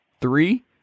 three